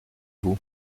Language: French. vous